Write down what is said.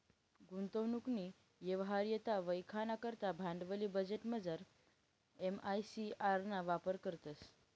गुंतवणूकनी यवहार्यता वयखाना करता भांडवली बजेटमझार एम.आय.सी.आर ना वापर करतंस